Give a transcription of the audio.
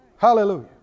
Hallelujah